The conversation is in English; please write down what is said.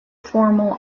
formal